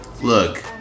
Look